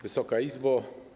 Wysoka Izbo!